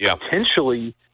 Potentially